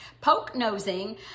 Poke-nosing